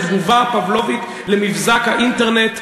התגובה הפבלובית למבזק האינטרנט: